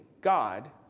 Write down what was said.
God